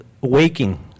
waking